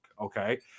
okay